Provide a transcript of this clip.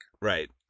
Right